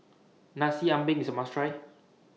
Nasi Ambeng IS A must Try